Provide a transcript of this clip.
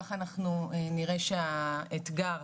ככה אנחנו נראה שהאתגר,